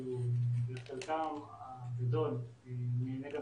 הגופים האלו בחלקם הגדול נהנה גם